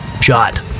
shot